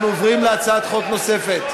אנחנו עוברים להצעת חוק נוספת.